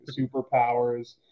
superpowers